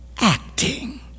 acting